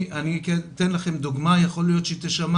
אני אתן לכם דוגמה, יכול להיות שהיא תישמע